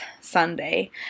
Sunday